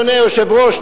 אדוני היושב-ראש,